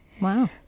wow